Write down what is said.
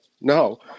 no